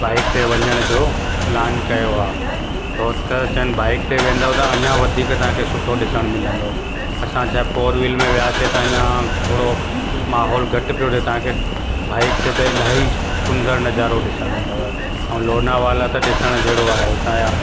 bike ते वञण जो प्लान कयो आहे उहो त चयनि बाइक ते वेंदौ त अञा वधीक तव्हांखे सुठो ॾिसणु मिलंदो असां जब फोर व्हील में वियासीं त अञा थोरो माहोल घटि पियो रहे तव्हांखे बाइक ते त इलाही सुंदर नज़ारो ॾिसणु ईंदव ऐं लोनावाला त ॾिसण जहिड़ो आहे हुतां जा